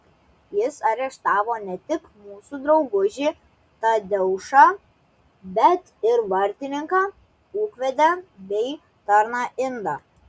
jis areštavo ne tik mūsų draugužį tadeušą bet ir vartininką ūkvedę bei tarną indą